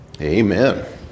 Amen